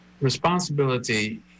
responsibility